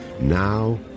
now